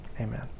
Amen